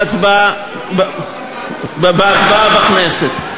בהצבעה בכנסת.